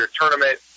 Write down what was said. tournament